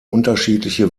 unterschiedliche